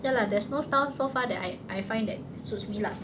ya lah there's no style so far that I I find that suits me lah